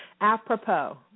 Apropos